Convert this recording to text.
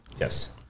Yes